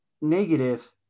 negative